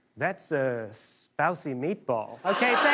that's a spousey meatball! thank